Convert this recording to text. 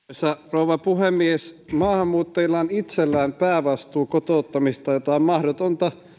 rouva puhemies maahanmuuttajilla on itsellään päävastuu kotouttamisesta jota on mahdotonta